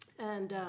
and